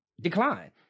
decline